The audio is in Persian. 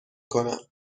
کنم